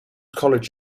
college